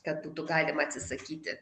kad būtų galima atsisakyti